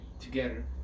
together